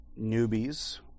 newbies